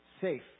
safe